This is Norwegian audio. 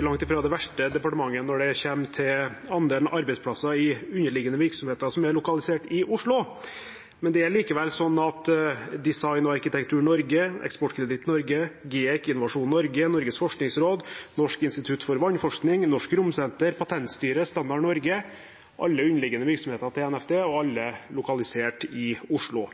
langt ifra det verste departementet når det kommer til andelen arbeidsplasser i underliggende virksomheter som er lokalisert i Oslo. Det er likevel sånn at Design og arkitektur Norge, Eksportkreditt Norge, GIEK, Innovasjon Norge, Norges forskningsråd, Norsk institutt for vannforskning, Norsk Romsenter, Patentstyret, Standard Norge alle er underliggende virksomheter til Nærings- og fiskeridepartementet, og alle er lokalisert i Oslo.